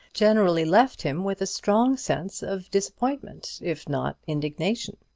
generally left him with a strong sense of disappointment, if not indignation.